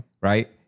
Right